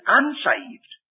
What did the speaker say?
unsaved